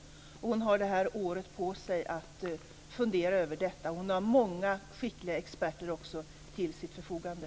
Utredningen har ett år på sig att fundera över detta, och Gudrun Lindvall har många skickliga experter till sitt förfogande.